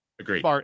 Agreed